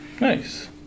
Nice